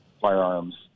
firearms